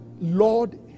Lord